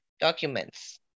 documents